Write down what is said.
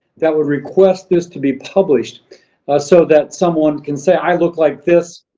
that would request this to be published so that someone can say, i look like this.